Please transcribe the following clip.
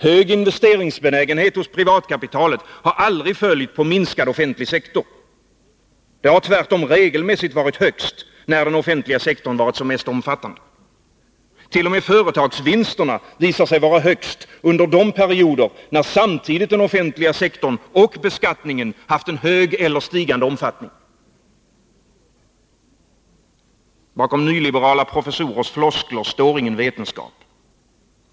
Hög investeringsbenägenhet hos privatkapitalet har aldrig följt på en minskad offentlig sektor. Den har regelmässigt varit högst, när den offentliga sektorn varit som mest omfattande. T. o. m. företagsvinsterna visar sig vara högst under de perioder när samtidigt den offentliga sektorn och beskattningen haft en hög eller stigande omfattning. Bakom nyliberala professorers floskler står ingen vetenskap.